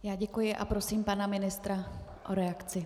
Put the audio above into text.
Já děkuji a prosím pana ministra o reakci.